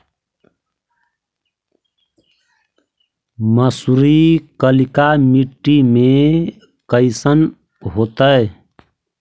मसुरी कलिका मट्टी में कईसन होतै?